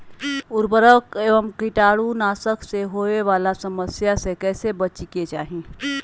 उर्वरक एवं कीटाणु नाशक से होवे वाला समस्या से कैसै बची के चाहि?